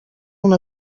una